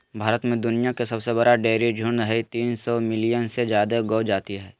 भारत में दुनिया के सबसे बड़ा डेयरी झुंड हई, तीन सौ मिलियन से जादे गौ जाती हई